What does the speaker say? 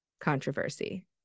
controversy